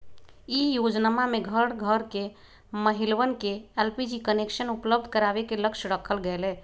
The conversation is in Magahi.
ई योजनमा में घर घर के महिलवन के एलपीजी कनेक्शन उपलब्ध करावे के लक्ष्य रखल गैले